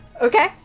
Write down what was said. Okay